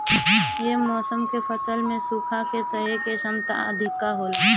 ये मौसम के फसल में सुखा के सहे के क्षमता अधिका होला